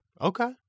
Okay